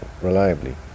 reliably